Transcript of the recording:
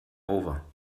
over